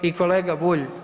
I kolega Bulj.